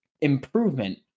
improvement